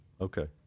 Okay